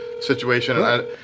situation